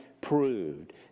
proved